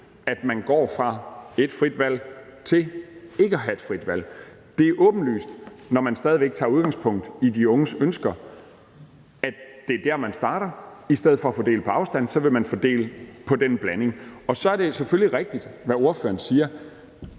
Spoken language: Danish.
at have et frit valg til ikke at have et frit valg. Det er åbenlyst, når man stadig væk tager udgangspunkt i de unges ønsker, at det er der, man starter. I stedet for at fordele på afstand vil man fordele på en blanding. Og så er det selvfølgelig rigtigt, hvad spørgeren siger,